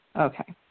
Okay